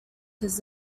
his